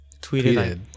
tweeted